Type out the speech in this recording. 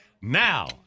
now